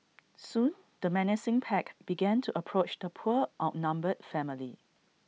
soon the menacing pack began to approach the poor outnumbered family